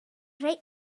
reit